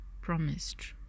promised